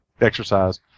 exercise